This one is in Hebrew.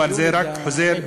אבל זה רק חוזר,